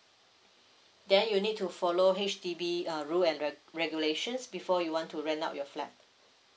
then you need to follow H_D_B uh rule and reg~ regulations before you want to rent out your flat